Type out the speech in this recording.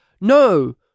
No